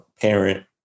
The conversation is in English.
parent